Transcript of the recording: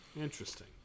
Interesting